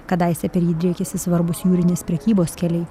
kadaise per jį driekėsi svarbūs jūrinės prekybos keliai